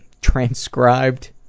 transcribed